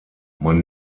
man